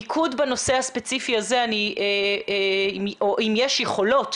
מיקוד בנושא הספציפי הזה או אם יש יכולות